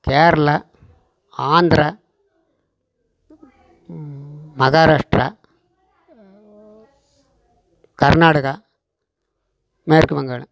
கேரளா ஆந்திரா மகாராஷ்டிரா கர்நாடகா மேற்கு வங்காளம்